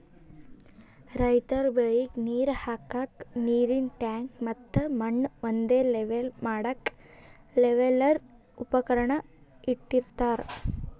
ರೈತರ್ ಬೆಳಿಗ್ ನೀರ್ ಹಾಕ್ಕಕ್ಕ್ ನೀರಿನ್ ಟ್ಯಾಂಕ್ ಮತ್ತ್ ಮಣ್ಣ್ ಒಂದೇ ಲೆವೆಲ್ ಮಾಡಕ್ಕ್ ಲೆವೆಲ್ಲರ್ ಉಪಕರಣ ಇಟ್ಟಿರತಾರ್